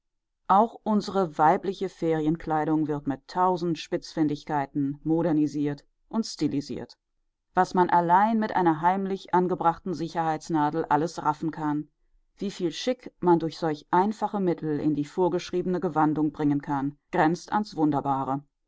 auch unsere weibliche ferienkleidung wird mit tausend spitzfindigkeiten modernisiert und stilisiert was man allein mit einer heimlich angebrachten sicherheitsnadel alles raffen kann wieviel schick man durch solch einfache mittel in die vorgeschriebene gewandung bringen kann grenzt ans wunderbare